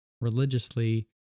religiously